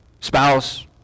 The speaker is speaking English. spouse